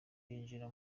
yinjira